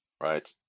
right